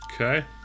Okay